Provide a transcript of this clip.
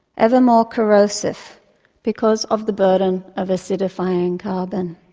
ever more corrosive because of the burden of acidifying carbon.